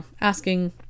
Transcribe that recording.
asking